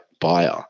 buyer